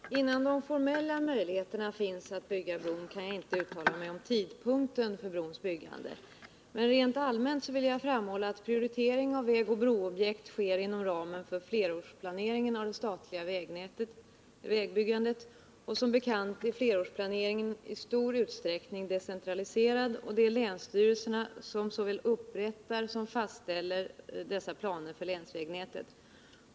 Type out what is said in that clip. Herr talman! Innan formella möjligheter finns för att bygga bron kan jag inte uttala mig om tidpunkten för brons byggande. Men rent allmänt vill jag framhålla att prioritering av vägoch broobjekt sker inom ramen för flerårsplaneringen av det statliga vägbyggandet. Som bekant är flerårsplaneringen i stor utsträckning decentraliserad, och det är länsstyrelserna som såväl upprättar som fastställer dessa planer för länsvägnätet.